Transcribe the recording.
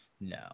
No